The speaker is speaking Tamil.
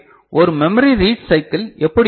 எனவே ஒரு மெமரி ரீட் சைக்கிள் எப்படி இருக்கும்